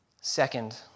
Second